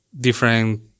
different